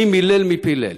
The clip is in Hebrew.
מי מילל, מי פילל,